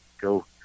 go